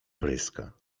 pryska